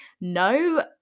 No